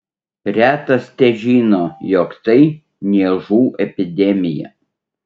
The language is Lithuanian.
retas težino jog tai niežų epidemija